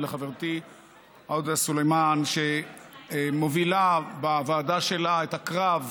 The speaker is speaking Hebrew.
ולחברתי עאידה סלימאן שמובילה בוועדה שלה את הקרב,